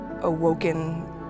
awoken